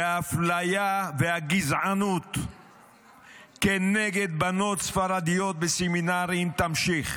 שהאפליה והגזענות כנגד בנות ספרדיות בסמינרים תימשך.